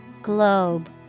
GLOBE